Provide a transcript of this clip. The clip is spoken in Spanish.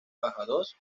badajoz